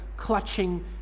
clutching